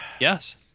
Yes